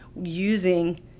using